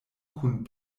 kun